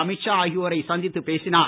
அமீத் ஷா ஆகியோரை சந்தித்து பேசினார்